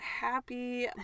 happy